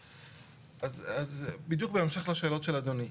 אז בדיוק בהמשך לשאלות של אדוני.